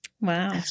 Wow